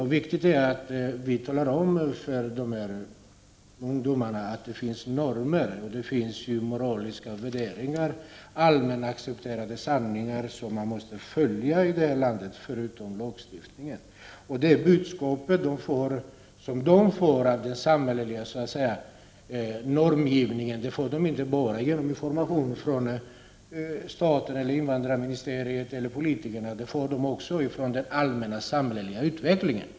Men det är också viktigt att vi talar om för dessa ungdomar att det finns normer och moraliska värderingar, att det finns allmänt accepterade sanningar som man måste rätta sig efter i vårt land vid sidan av lagstiftningen. Det budskap som dessa ungdomar får när det gäller den samhälleliga normgivningen får de inte bara genom information från staten, invandrarministeriet eller politikerna utan också genom den allmänna samhälleliga utvecklingen.